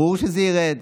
ברור שזה ירד.